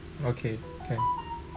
okay can